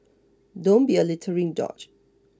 don't be a littering douche